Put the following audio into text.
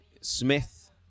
Smith